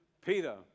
Peter